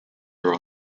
are